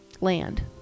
land